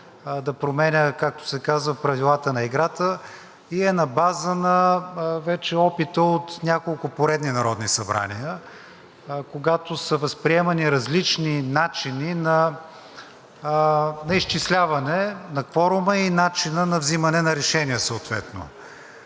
да променя, както се казва, правилата на играта и е на база вече опита от няколко поредни народни събрания, когато са възприемани различни начини на изчисляване на кворума и начинът на взимане на решение съответно.